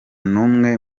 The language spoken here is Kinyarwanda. n’umwe